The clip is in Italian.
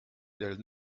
del